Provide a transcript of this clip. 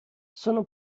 sono